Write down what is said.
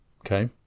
Okay